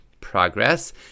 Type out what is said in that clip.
progress